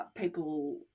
People